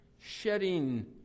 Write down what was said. Shedding